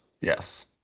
yes